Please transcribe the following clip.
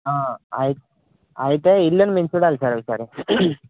అయి అయితే ఇల్లుని నేను చుడాాలి సార్ ఒకసారి